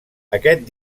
aquest